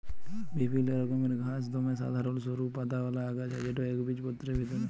বিভিল্ল্য রকমের ঘাঁস দমে সাধারল সরু পাতাআওলা আগাছা যেট ইকবিজপত্রের ভিতরে